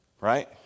right